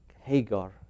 Hagar